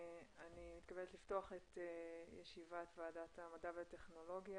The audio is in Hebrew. אני מתכבדת לפתוח את ישיבת ועדת המדע והטכנולוגיה,